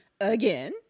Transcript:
again